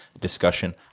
discussion